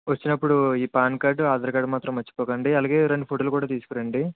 వచ్చినప్పుడు ఈ PAN card Aadhaar card మాత్రం మర్చిపోకండి అలాగే రెండు ఫోటోలు కూడా తీసుకుని రండి